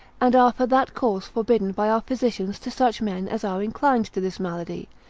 and are for that cause forbidden by our physicians to such men as are inclined to this malady,